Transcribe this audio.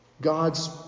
God's